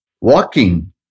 Walking